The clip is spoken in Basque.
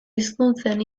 hizkuntzen